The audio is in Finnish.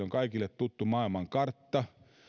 on kaikille tuttu maailmankartta